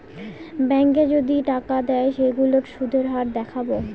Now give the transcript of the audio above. ব্যাঙ্কে যদি টাকা দেয় সেইগুলোর সুধের হার দেখাবো